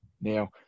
Now